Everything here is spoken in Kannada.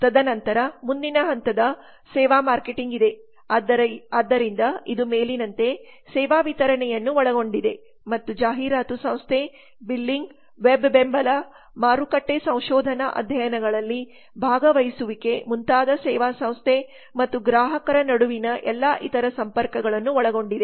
ತದನಂತರ ಮುಂದಿನ ಹಂತದ ಸೇವಾ ಮಾರ್ಕೆಟಿಂಗ್ ಇದೆ ಆದ್ದರಿಂದ ಇದು ಮೇಲಿನಂತೆ ಸೇವಾ ವಿತರಣೆಯನ್ನು ಒಳಗೊಂಡಿದೆ ಮತ್ತು ಜಾಹೀರಾತು ಸಂಸ್ಥೆ ಬಿಲ್ಲಿಂಗ್ ವೆಬ್ ಬೆಂಬಲ ಮಾರುಕಟ್ಟೆ ಸಂಶೋಧನಾ ಅಧ್ಯಯನಗಳಲ್ಲಿ ಭಾಗವಹಿಸುವಿಕೆ ಮುಂತಾದ ಸೇವಾ ಸಂಸ್ಥೆ ಮತ್ತು ಗ್ರಾಹಕರ ನಡುವಿನ ಎಲ್ಲಾ ಇತರ ಸಂಪರ್ಕಗಳನ್ನು ಒಳಗೊಂಡಿದೆ